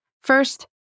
First